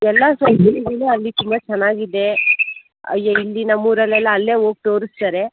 ಎಲ್ಲ ಅಲ್ಲಿ ತುಂಬ ಚೆನ್ನಾಗಿದೆ ಎ ಇಲ್ಲಿ ನಮ್ಮ ಊರಲ್ಲೆಲ್ಲ ಅಲ್ಲೇ ಹೋಗ್ ತೋರಿಸ್ತಾರೆ